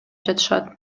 жатышат